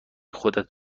خودت